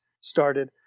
started